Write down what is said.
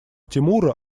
тимура